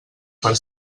per